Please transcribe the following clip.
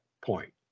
point